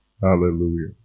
Hallelujah